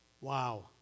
wow